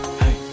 hey